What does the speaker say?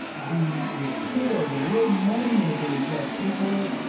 the the core, the real money-makers that people,